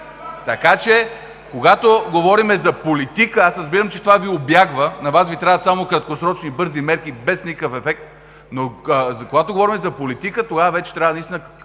Така че, когато говорим за политика, аз разбирам, че това Ви убягва, на Вас Ви трябват само краткосрочни и бързи мерки без никакъв ефект, но когато говорим за политика, тогава вече трябват наистина